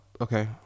Okay